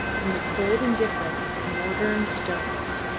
in the cold indifference of mortar and stones.